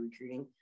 recruiting